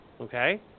Okay